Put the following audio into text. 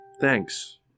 thanks